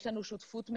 יש לנו שותפות מלאה,